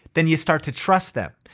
then you start to trust them.